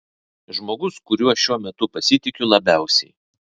žmogus kuriuo šiuo metu pasitikiu labiausiai